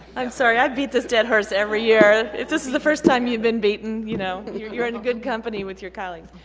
i'm sorry i've beat this dead horse every year. if this is the first time you've been beaten you know you're in a good company with your colleagues.